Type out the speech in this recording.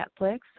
netflix